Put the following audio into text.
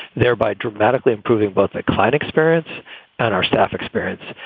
thereby dramatically improving both the client experience and our staff experience.